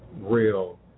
real